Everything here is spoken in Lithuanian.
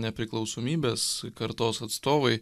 nepriklausomybės kartos atstovai